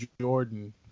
Jordan